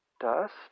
dust